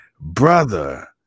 Brother